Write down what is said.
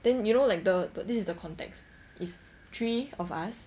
then you know like the the this is the context is three of us